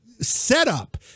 setup